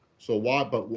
so why but,